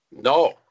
No